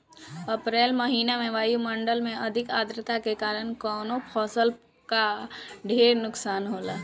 अप्रैल महिना में वायु मंडल में अधिक आद्रता के कारण कवने फसल क ढेर नुकसान होला?